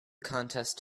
contest